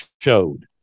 showed